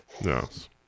Yes